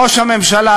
ראש הממשלה,